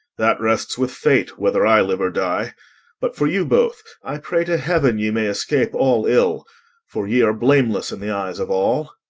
that rests with fate, whether i live or die but for you both i pray to heaven ye may escape all ill for ye are blameless in the eyes of all.